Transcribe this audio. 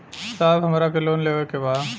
साहब हमरा के लोन लेवे के बा